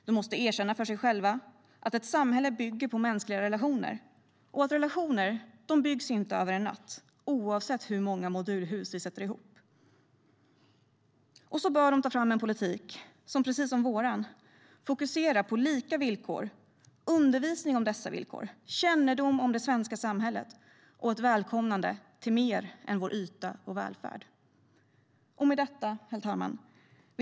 De måste erkänna för sig själva att ett samhälle bygger på mänskliga relationer och att relationer inte byggs över en natt, oavsett hur många modulhus vi sätter ihop. De bör ta fram en politik som, precis som vår, fokuserar på lika villkor, undervisning om dessa villkor, kännedom om det svenska samhället och ett välkomnande till mer än vår yta och välfärd. Herr talman!